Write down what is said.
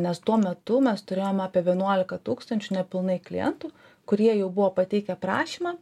nes tuo metu mes turėjom apie vienuolika tūkstančių nepilnai klientų kurie jau buvo pateikę prašymą